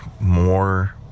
more